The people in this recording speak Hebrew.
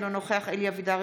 אינו נוכח אלי אבידר,